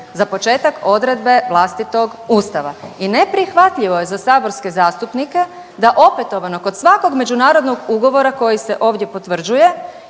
za početak, odredbe vlastitog Ustava i neprihvatljivo je za saborske zastupnike da opetovano kod svakog međunarodnog ugovora koji se ovdje potvrđuje